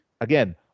again